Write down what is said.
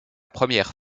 première